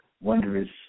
wondrous